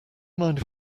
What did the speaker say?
mind